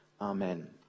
Amen